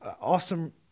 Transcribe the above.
awesome